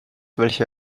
welche